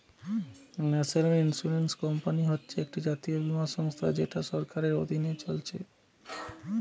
national insurance company হচ্ছে একটা জাতীয় বীমা সংস্থা যেটা সরকারের অধীনে চলছে